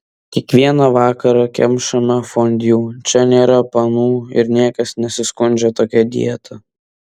kiekvieną vakarą kemšame fondiu čia nėra panų ir niekas nesiskundžia tokia dieta